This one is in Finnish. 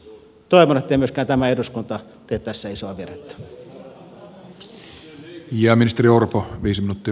toivon ettei myöskään tämä eduskunta tee tässä isoa virhettä